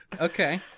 Okay